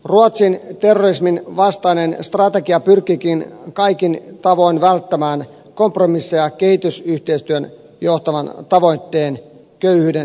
ruotsin terrorisminvastainen strategia pyrkiikin kaikin tavoin välttämään kompromisseja kehitysyhteistyön johtavan tavoitteen köyhyyden torjunnan suhteen